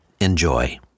Enjoy